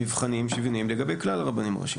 מבחנים שוויוניים לגבי כלל הרבנים הראשיים.